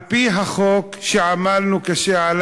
על-פי החוק שעמלנו עליו קשה,